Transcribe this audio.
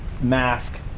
mask